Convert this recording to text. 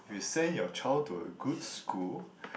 you send your child to a good school